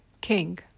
King